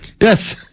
Yes